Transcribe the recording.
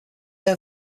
air